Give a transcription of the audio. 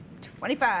25